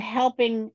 helping